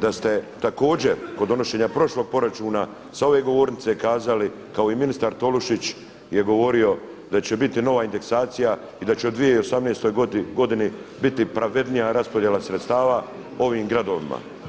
da ste također kod donošenja prošlog proračuna sa ove govornice kazali kao i ministar Tolušić je govorio da će biti nova indeksacija i da će od 2018. biti pravednija raspodjela sredstava ovim gradovima.